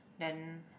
then